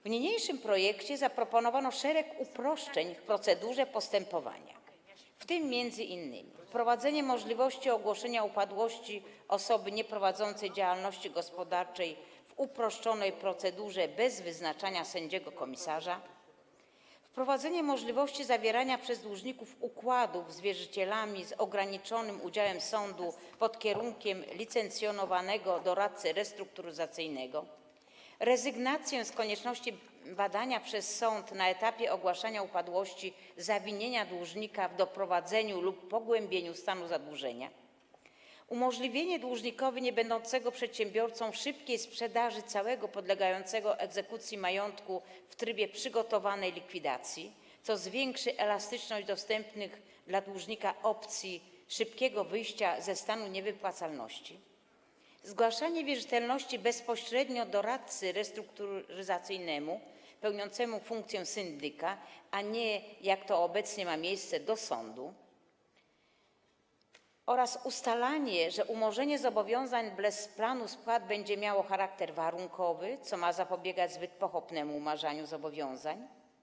W niniejszym projekcie zaproponowano szereg uproszczeń w procedurze postępowania, w tym m.in.: wprowadzenie możliwości ogłoszenia upadłości osoby nieprowadzącej działalności gospodarczej w uproszczonej procedurze bez wyznaczania sędziego komisarza, wprowadzenie możliwości zawierania przez dłużników układów z wierzycielami z ograniczonym udziałem sądów pod kierunkiem licencjonowanego doradcy restrukturyzacyjnego, rezygnację z konieczności badania przez sąd na etapie ogłaszania upadłości zawinienia dłużnika w doprowadzeniu lub pogłębieniu stanu zadłużenia, umożliwienie dłużnikowi niebędącego przedsiębiorcą szybkiej sprzedaży całego podlegającego egzekucji majątku w trybie przygotowanej likwidacji, co zwiększy elastyczność dostępnych dla dłużnika opcji szybkiego wyjścia ze stanu niewypłacalności, zgłaszanie wierzytelności bezpośrednio doradcy restrukturyzacyjnemu pełniącemu funkcję syndyka, a nie - jak to obecnie ma miejsce - do sądu, oraz ustalanie, że umorzenie zobowiązań bez planu spłat będzie miało charakter warunkowy, co ma zapobiegać zbyt pochopnemu umarzaniu zobowiązań.